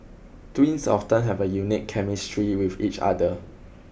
twins often have a unique chemistry with each other